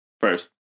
first